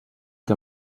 que